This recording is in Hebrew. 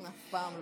אף פעם לא.